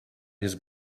his